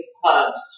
clubs